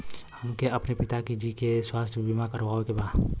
हमके अपने पिता जी के स्वास्थ्य बीमा करवावे के बा?